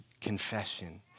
confession